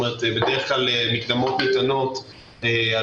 צריך לזכור שבדרך כלל מקדמות ניתנות על